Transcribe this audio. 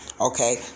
okay